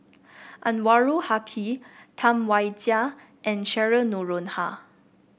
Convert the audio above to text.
Anwarul Haque Tam Wai Jia and Cheryl Noronha